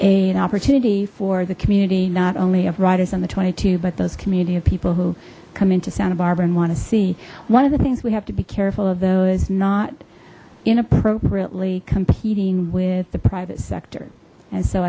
a opportunity for the community not only of riders on the twenty two but those community of people who come into santa barbara and want to see one of the things we have to be careful of though is not inappropriately competing with the private